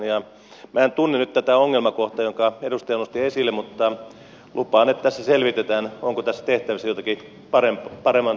minä en tunne nyt tätä ongelmakohtaa jonka edustaja nosti esille mutta lupaan että se selvitetään onko tässä tehtävissä jotakin paremman tulevaisuuden puolesta